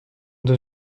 dans